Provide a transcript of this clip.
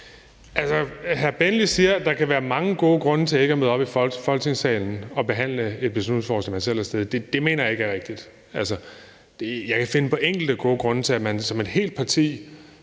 Benli siger, at der kan være mange gode grunde til ikke at møde op i Folketingssalen og behandle et beslutningsforslag, man selv har fremsat. Det mener jeg ikke er rigtigt. Jeg kan finde på enkelte gode grunde til, at man som et helt parti